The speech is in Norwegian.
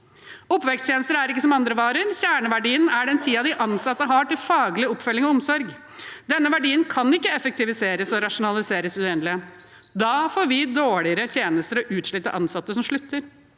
Oppveksttjenester er ikke som andre varer. Kjerneverdien er den tiden de ansatte har til faglig oppfølging og omsorg. Denne verdien kan ikke effektiviseres og rasjonaliseres i det uendelige. Da får vi dårligere tjenester og utslitte ansatte som slutter.